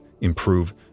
improve